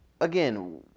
again